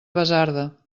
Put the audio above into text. basarda